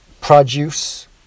produce